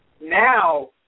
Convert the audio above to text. Now